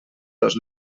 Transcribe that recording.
dos